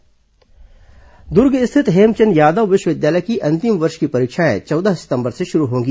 हेमचंद यादव विवि परीक्षा दुर्ग स्थित हेमचंद यादव विश्वविद्यालय की अंतिम वर्ष की परीक्षाएं चौदह सितंबर से शुरू होंगी